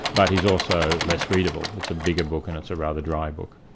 but he's also less readable, it's a bigger book and it's a rather dry book.